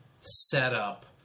setup